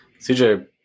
CJ